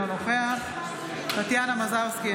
אינו נוכח טטיאנה מזרסקי,